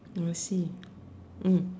we'll see mm